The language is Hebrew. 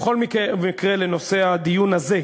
בכל מקרה, לנושא הדיון הזה,